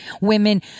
women